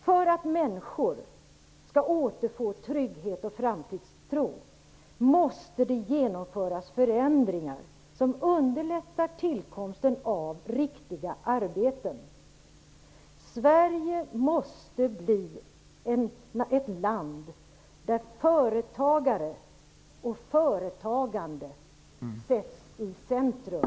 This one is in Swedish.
För att människor skall återfå trygghet och framtidstro måste det genomföras förändringar som underlättar tillkomsten av riktiga arbeten. Sverige måste bli ett land där företagare och företagande sätts i centrum.